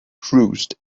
cruised